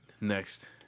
Next